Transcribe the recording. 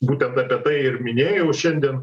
būtent apie tai ir minėjau šiandien